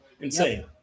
insane